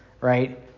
right